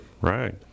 Right